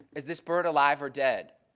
is this bird alive or dead?